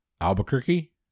Albuquerque